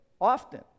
often